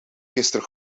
gisteren